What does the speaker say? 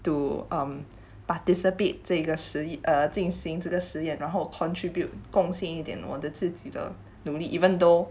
to um participate 这个实 uh 经行这个实验然后 contribute 工薪一点自己的努力 even though